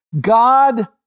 God